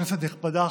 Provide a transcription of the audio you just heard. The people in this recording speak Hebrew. כנסת נכבדה,